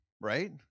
right